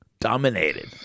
Dominated